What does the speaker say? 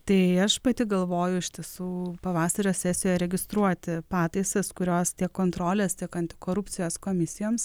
tai aš pati galvoju iš tiesų pavasario sesijoje registruoti pataisas kurios tiek kontrolės tiek antikorupcijos komisijoms